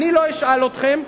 אני לא אשאל אתכם.